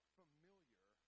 familiar